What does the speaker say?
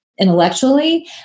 intellectually